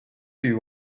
you